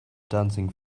dancing